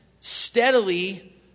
steadily